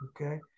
Okay